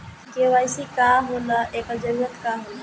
KYC का होला एकर जरूरत का होला?